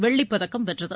வெள்ளிப் பதக்கம் வென்றது